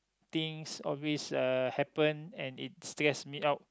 things always uh happen and it stress me out